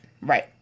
Right